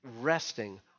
resting